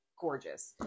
gorgeous